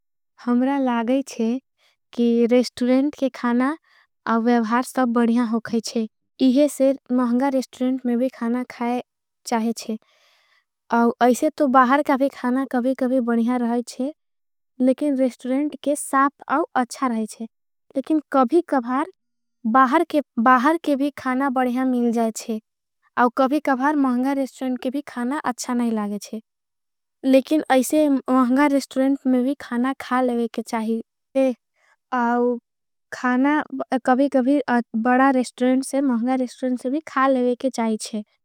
हम्रा लागईचे कि रेस्टुरेंट के खाना और व्याभार सब बढ़िया होगईचे। इहे से महंगा रेस्टुरेंट में भी खाना खाय चाहेचे अइसे तो बाहर काभी। खाना कभी कभी बढ़िया रहाईचे लेकिन रेस्टुरेंट के साप आउ अच्छा। रहाईचे लेकिन कभी कभार बाहर के भी खाना बढ़िया मिल जाएचे। और कभी कभार महंगा रेस्टुरेंट के भी खाना अच्छा नहीं लागेचे। लेकिन ऐसे महंगा रेस्टुरेंट में भी खाना खा लेवे के चाहिए खाना। कभी कभी बढ़ा रेस्टुरेंट से महंगा रेस्टुरेंट से भी खा लेवे के चाहिए।